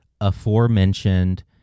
aforementioned